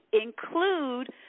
Include